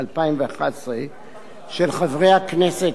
של חבר הכנסת יעקב כץ ואחרים,